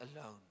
alone